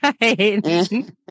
right